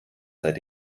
seit